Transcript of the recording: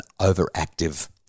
overactive